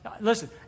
Listen